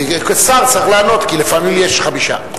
שר צריך לענות, כי לפעמים יש חמישה.